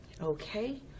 Okay